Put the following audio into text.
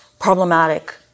problematic